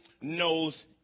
knows